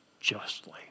justly